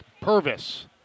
Purvis